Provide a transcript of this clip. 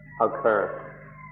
occur